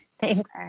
Thanks